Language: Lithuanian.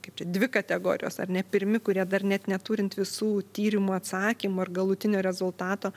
kaip čia dvi kategorijos ar ne pirmi kurie dar net neturint visų tyrimų atsakymų ir galutinio rezultato